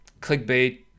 clickbait